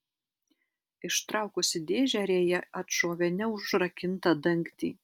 ištraukusi dėžę rėja atšovė neužrakintą dangtį